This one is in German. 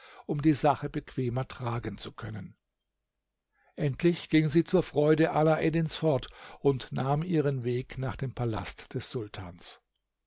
um die sache bequemer tragen zu können endlich ging sie zur freude alaeddins fort und nahm ihren weg nach dem palast des sultans